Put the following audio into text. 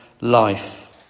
life